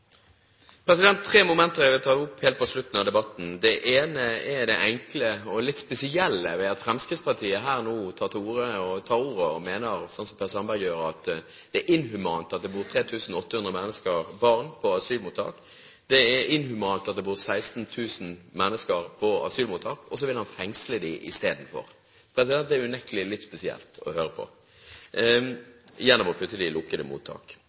Tre momenter vil jeg ta opp helt på slutten av debatten. Det ene er det enkle og litt spesielle ved at Fremskrittspartiet nå tar til orde for, slik som Per Sandberg gjør, at det er «inhumant» at det bor 3 800 barn i asylmottak. Det er «inhumant» at det bor 16 000 mennesker i asylmottak, og så vil han fengsle dem i stedet – ved å putte dem i lukkede mottak. Det er unektelig litt spesielt å høre på